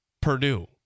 Purdue